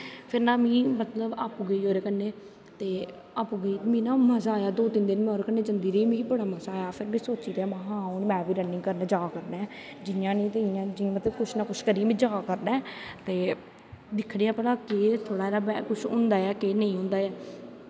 फिर ना में मतलव आपैं गेई ओह्दे कन्नै आपैं गेई मीं ना मज़ा आया दो तिन्न बार जंदी रेही मिगी बड़ा मज़ा आया और में सोची ओड़ेआ में रनिंग करन जा करनां ऐ जियां नी ते उऐ जियां कुश नीं ते कुश पर में जा करनां ऐ ते दिक्खनें आं भला कुश थोह्ड़ा हारा कुश होंदा ऐ जां नेंई होंदा ऐ